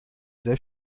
sehr